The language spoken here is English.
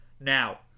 Now